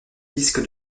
disque